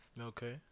Okay